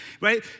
Right